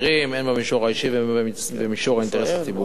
הן במישור האישי והן במישור האינטרס הציבורי.